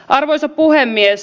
arvoisa puhemies